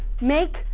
make